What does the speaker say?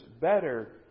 better